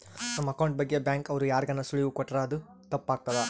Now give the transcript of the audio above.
ನಮ್ ಅಕೌಂಟ್ ಬಗ್ಗೆ ಬ್ಯಾಂಕ್ ಅವ್ರು ಯಾರ್ಗಾನ ಸುಳಿವು ಕೊಟ್ರ ಅದು ತಪ್ ಆಗ್ತದ